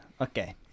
Okay